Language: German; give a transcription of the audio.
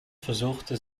versuchte